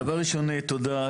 תודה,